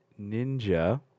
Ninja